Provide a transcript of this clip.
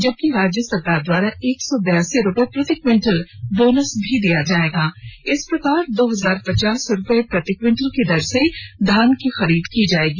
जबकि राज्य सरकार द्वारा एक सौ बियासी रुपये प्रति क्विटल बोनस भी दिया जाएगा इस प्रकार दो हजार पचास रुपये प्रति प्रति क्विंटल की दर से धान की खरीद की जाएगी